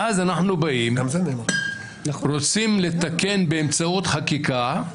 ואז אנחנו באים ורוצים לתקן באמצעות חקיקה,